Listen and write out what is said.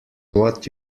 what